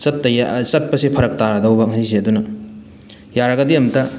ꯆꯠꯇ ꯆꯠꯄꯁꯦ ꯐꯔꯛ ꯇꯥꯔꯗꯧꯕ ꯉꯁꯤꯁꯦ ꯑꯗꯨꯅ ꯌꯥꯔꯒꯗꯤ ꯑꯝꯇ